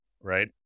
right